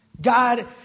God